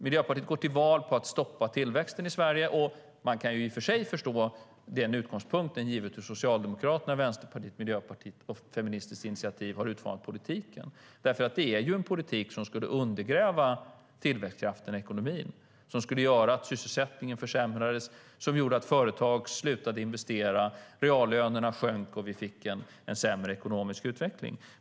Miljöpartiet går till val på att stoppa tillväxten i Sverige. Man kan i och för sig förstå den utgångspunkten, givet hur Socialdemokraterna, Vänsterpartiet, Miljöpartiet och Feministiskt initiativ har utformat politiken. Det är en politik som skulle undergräva tillväxtkraften i ekonomin och göra att sysselsättningen försämrades, att företag slutade investera, att reallönerna sjönk och att vi fick en sämre ekonomisk utveckling.